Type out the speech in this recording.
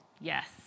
Yes